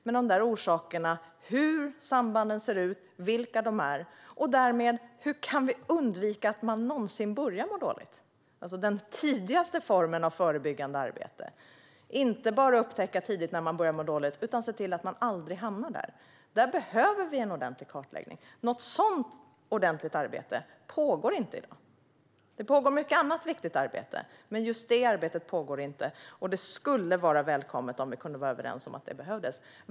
Men vi behöver dessutom en ordentlig kartläggning av hur sambanden ser ut, vilka de är och hur man kan undvika att man någonsin börjar må dåligt. Det handlar om den tidigaste formen av förebyggande arbete. Man behöver inte bara upptäcka tidigt när man börjar må dåligt, utan se till att man aldrig hamnar där. Ett sådant ordentligt arbete pågår inte i dag. Det pågår mycket annat viktigt arbete, men just detta arbete pågår inte. Det vore välkommet om vi kom överens om att det behövs.